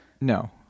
No